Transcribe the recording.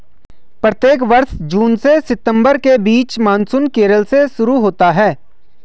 प्रत्येक वर्ष जून से सितंबर के बीच मानसून केरल से शुरू होता है